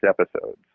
episodes